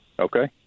Okay